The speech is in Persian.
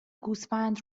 گوسفند